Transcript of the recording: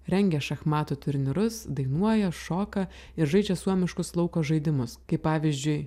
rengia šachmatų turnyrus dainuoja šoka ir žaidžia suomiškus lauko žaidimus kaip pavyzdžiui